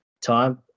time